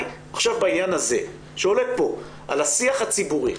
בעניין הזה שעולה כאן, על השיח הציבורי.